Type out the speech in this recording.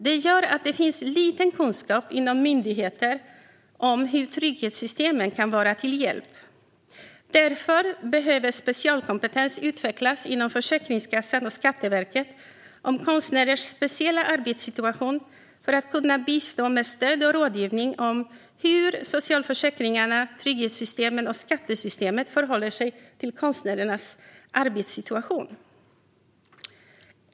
Detta gör att det finns liten kunskap inom myndigheter om hur trygghetssystemen kan vara till hjälp. Därför behöver specialkompetens när det gäller konstnärers speciella arbetssituation utvecklas inom Försäkringskassan och Skatteverket, så att de kan bistå med stöd och rådgivning om hur socialförsäkringarna, trygghetssystemen och skattesystemet förhåller sig till konstnärernas arbetssituation.